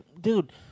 dude